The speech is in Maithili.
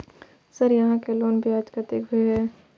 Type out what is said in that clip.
सर यहां के लोन ब्याज कतेक भेलेय?